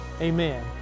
amen